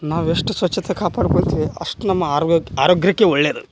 ನಾವು ಎಷ್ಟು ಸ್ವಚ್ಛತೆ ಕಾಪಾಡ್ಕೊಳ್ತೀವಿ ಅಷ್ಟು ನಮ್ಮ ಆರೋಗ್ಯಕ್ಕೆ ಒಳ್ಳೆಯದು